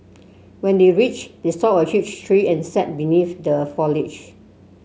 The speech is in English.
when they reached they saw a huge tree and sat beneath the foliage